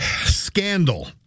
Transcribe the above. scandal